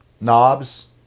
Knobs